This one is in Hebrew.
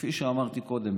כפי שאמרתי קודם,